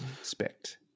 Expect